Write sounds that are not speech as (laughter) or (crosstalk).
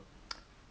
(noise)